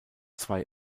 zwei